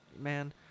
man